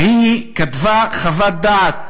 והיא כתבה חוות דעת